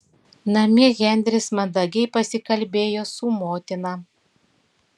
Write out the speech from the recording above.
namie henris mandagiai pasikalbėjo su motina